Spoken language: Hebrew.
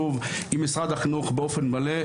עם משרד החינוך באופן מלא,